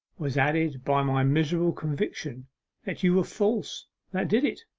was added by my miserable conviction that you were false that did it,